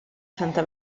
santa